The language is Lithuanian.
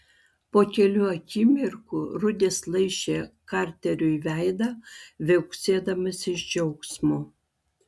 po kelių akimirkų rudis laižė karteriui veidą viauksėdamas iš džiaugsmo